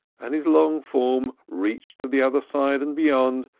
and his long form reached to the other side and beyond,